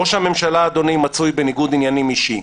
ראש הממשלה, אדוני, מצוי בניגוד עניינים אישי.